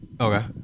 okay